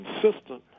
consistent